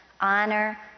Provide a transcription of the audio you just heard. Honor